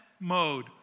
mode